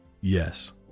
Yes